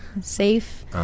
Safe